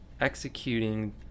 executing